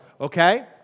okay